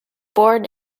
born